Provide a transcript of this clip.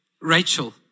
Rachel